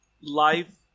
life